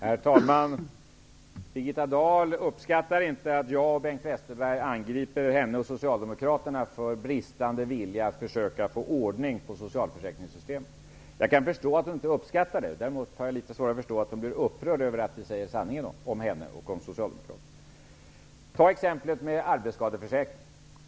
Herr talman! Birgitta Dahl uppskattar inte att jag och Bengt Westerberg angriper henne och socialdemokraterna för bristande vilja att försöka få ordning på socialförsäkringssystemet. Jag kan förstå att hon inte uppskattar det. Däremot har jag litet svårare att förstå att hon bli upprörd över att vi säger sanningen om henne och socialdemokraterna. Vi kan ta exemplet med arbetsskadeförsäkringen.